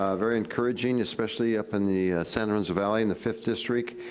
um very encouraging, especially up in the san lorenzo valley in the fifth district,